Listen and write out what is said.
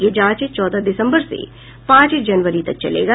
यह जांच चौदह दिसंबर से पांच जनवरी तक चलेगा